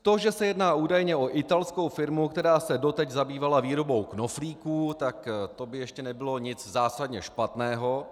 To, že se jedná údajně o italskou firmu, která se doteď zabývala výrobou knoflíků, tak to by ještě nebylo nic zásadně špatného.